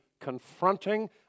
confronting